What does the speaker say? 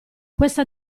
questa